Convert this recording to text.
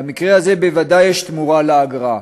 במקרה הזה בוודאי יש תמורה לאגרה,